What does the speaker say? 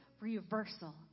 reversal